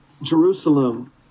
Jerusalem